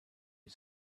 you